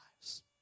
lives